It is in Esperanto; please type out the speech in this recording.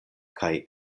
kaj